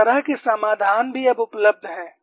इस तरह के समाधान भी अब उपलब्ध हैं